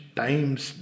times